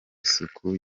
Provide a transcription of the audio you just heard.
isuku